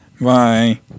Bye